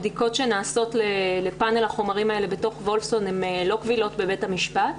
הבדיקות שנעשות לפאנל החומרים האלה בתוך וולפסון לא קבילות בבית המשפט.